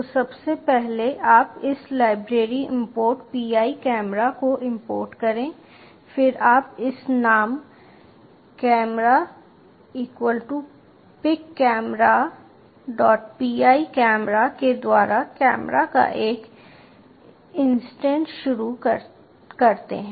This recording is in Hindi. तो सबसे पहले आप इस लाइब्रेरी इम्पोर्ट pi कैमरा को इम्पोर्ट करें फिर आप इस नाम camera picameraPiCamera के द्वारा कैमरा का एक इंस्टेंस शुरू करते हैं